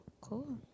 Cool